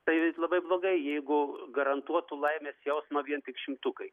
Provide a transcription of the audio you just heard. tai labai blogai jeigu garantuotų laimės jausmą vien tik šimtukai